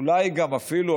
אולי גם אפילו,